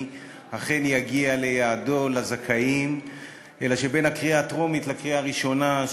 הבאה, לקריאה ראשונה: